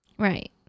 Right